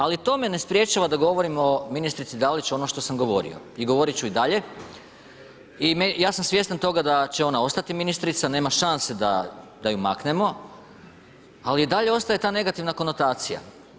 Ali to me ne sprječava da govorim o ministrici Dalić ono što sam govorio i govorit ću i dalje i ja sam svjestan toga da će ona ostati ministrica, nema šanse da ju maknemo, ali i dalje ostaje ta negativna konotacija.